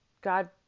God